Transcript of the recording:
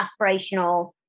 aspirational